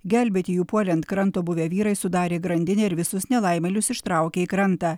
gelbėti jų puolė ant kranto buvę vyrai sudarė grandinę ir visus nelaimėlius ištraukė į krantą